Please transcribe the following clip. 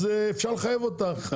אז אפשר לחייב אותה.